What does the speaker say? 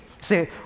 See